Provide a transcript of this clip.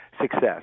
success